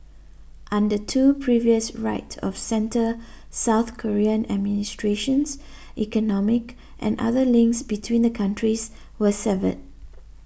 under two previous right of centre South Korean administrations economic and other links between the countries were severed